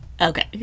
okay